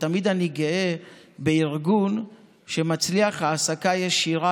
ותמיד אני גאה בארגון שמצליח בהעסקה ישירה